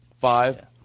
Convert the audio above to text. five